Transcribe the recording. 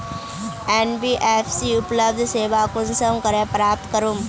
NBFC उपलब्ध सेवा कुंसम करे प्राप्त करूम?